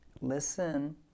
listen